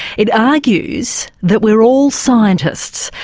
it argues that we're all scientists,